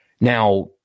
Now